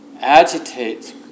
agitates